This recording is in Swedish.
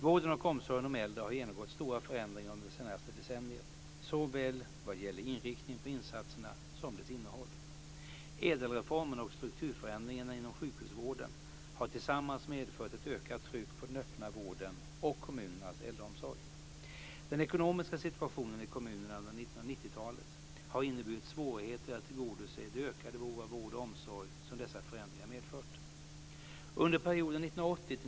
Vården och omsorgen om äldre har genomgått stora förändringar under det senaste decenniet, såväl vad gäller inriktningen på insatserna som dess innehåll. Ädelreformen och strukturförändringarna inom sjukhusvården har tillsammans medfört ett ökat tryck på den öppna vården och kommunernas äldreomsorg. 1990-talet har inneburit svårigheter att tillgodose de ökade behov av vård och omsorg som dessa förändringar medfört.